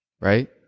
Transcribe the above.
right